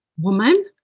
woman